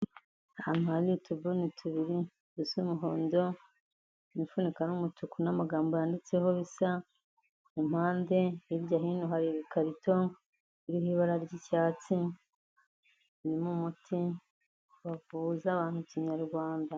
Ahantu hari utubuni tubiri dusa umuhondo, imifuniko ari umutuku n'amagambo yanditseho bisa ku mpande. Hirya hino hari ibikarito biri mu ibara ry'icyatsi birimo umuti bavuza abantu Kinyarwanda.